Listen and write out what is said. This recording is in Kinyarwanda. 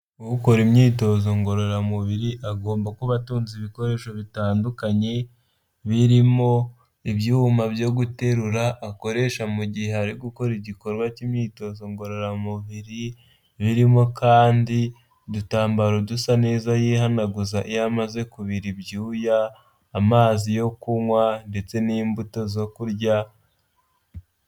Ukora imyitozo ngororamubiri, agomba kuba atunze ibikoresho bitandukanye, birimo ibyuma byo guterura akoresha mu gihe ari gukora igikorwa cy'imyitozo ngororamubiri, birimo kandi udutambaro dusa neza yihanaguza iyo amaze kubira ibyuya, amazi yo kunywa, ndetse n'imbuto zo kurya,...